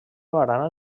barana